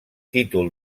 títol